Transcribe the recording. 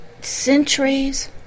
centuries